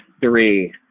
three